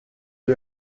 dir